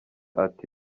ati